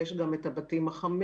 יש גם את הבתים החמים,